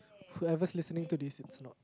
whoever listening to this is not